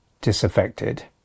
disaffected